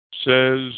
says